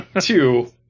Two